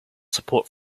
support